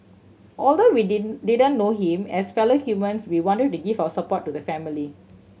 although we didn't know him as fellow humans we wanted to give our support to the family